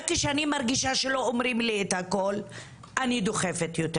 רק כשאני מרגישה שלא אומרים לי את הכל אני דוחפת יותר.